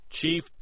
Chief